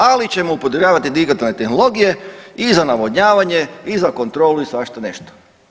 Ali ćemo podržavati digitalne tehnologije i za navodnjavanje i za kontrolu i svašta nešto.